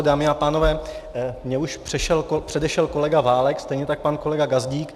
Dámy a pánové, mě už předešel kolega Válek, stejně tak pan kolega Gazdík.